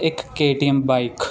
ਇੱਕ KTM bike